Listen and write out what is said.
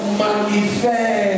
manifest